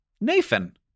Nathan